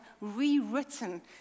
rewritten